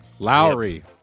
Lowry